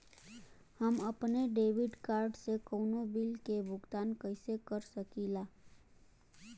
हम अपने debit card से कउनो बिल के भुगतान कइसे कर सकीला?